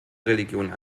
religion